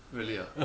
really ah